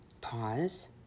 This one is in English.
Pause